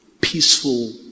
peaceful